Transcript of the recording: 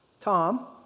Tom